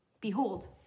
behold